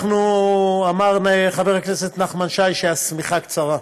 אמר חבר הכנסת נחמן שי שהשמיכה קצרה,